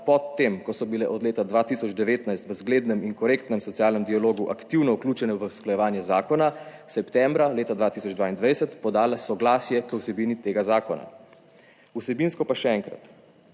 po tem, ko so bile od leta 2019 v zglednem in korektnem socialnem dialogu aktivno vključene v usklajevanje zakona septembra leta 2022 podala soglasje k vsebini tega zakona. Vsebinsko pa še enkrat,